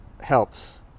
helps